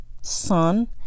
sun